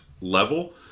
level